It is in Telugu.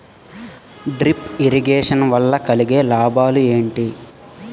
డ్రిప్ ఇరిగేషన్ వల్ల కలిగే లాభాలు ఏంటి?